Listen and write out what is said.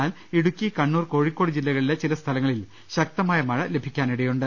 എന്നാൽ ഇടുക്കി കണ്ണൂർ കോഴിക്കോട് ജില്ലകളിലെ ചില സ്ഥലങ്ങളിൽ ശക്തമായ മഴ ലഭിക്കാനിടയുണ്ട്